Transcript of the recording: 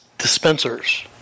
dispensers